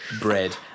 bread